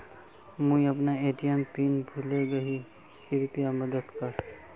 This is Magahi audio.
मुई अपना ए.टी.एम पिन भूले गही कृप्या मदद कर